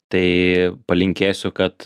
tai palinkėsiu kad